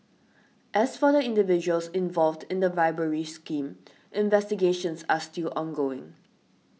as for the individuals involved in the bribery scheme investigations are still ongoing